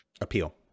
Appeal